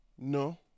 No